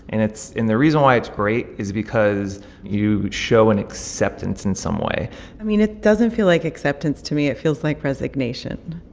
and it's and the reason why it's great is because you show an acceptance in some way i mean, it doesn't feel like acceptance to me. it feels like resignation